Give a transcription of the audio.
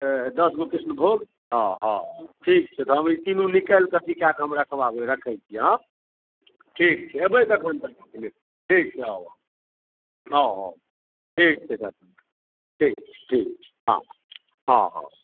दश गो कृष्णभोग हँ हँ ठीक छै तऽ हम ई तीनू निकालि कऽ अथी कए क हम रखबाबैत रखैत छी हँ ठीक छै एबै कखन तक लए कऽ लेल ठीक छै आउ आउ आउ आउ ठीक छै तखन ठीक ठीक आउ हँ हँ